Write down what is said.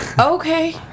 okay